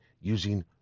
using